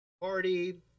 party